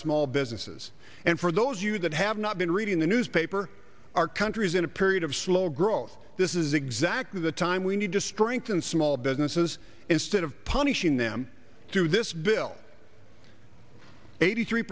small businesses and for those you that have not been reading the newspaper our country is in a period of slow growth this is exactly the time we need to strengthen small businesses instead of punishing them through this bill eighty three